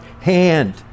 hand